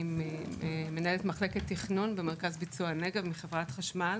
אני מנהלת מחלקת תכנון במרכז ביצוע הנגב בחברת חשמל.